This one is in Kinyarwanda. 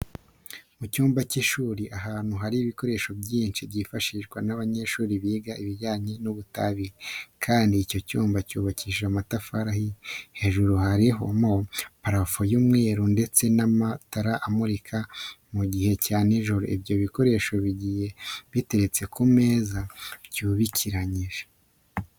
Mu cyumba cy'ishuri ahantu hari ibikoresho byinshi byifashishwa n'abanyeshuri biga ibijyanye n'ubutabire kandi icyo cyumba cyubakishije amatafari ahiye. Hejuru harimo purafo y'umweru ndetse n'amatara amurika mu gihe cya n'ijoro. Ibyo bikoresho bigiye biteretse ku meza byubikiranyije.